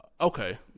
Okay